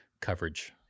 coverage